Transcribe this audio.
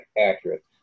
accurate